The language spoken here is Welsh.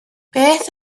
beth